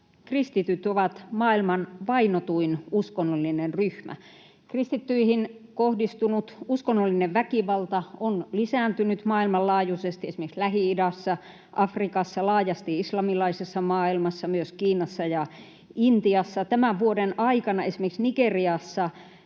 kristityt ovat maailman vainotuin uskonnollinen ryhmä? Kristittyihin kohdistunut uskonnollinen väkivalta on lisääntynyt maailmanlaajuisesti esimerkiksi Lähi-idässä, Afrikassa, laajasti islamilaisessa maailmassa, myös Kiinassa ja Intiassa. Tämän vuoden aikana esimerkiksi Nigeriassa